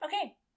Okay